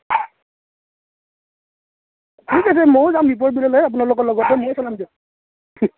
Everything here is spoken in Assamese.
ঠিক আছে মইও যাম দীপৰ বিললৈ আপোনালোকৰ লগতে ময়ে চলাম দিয়ক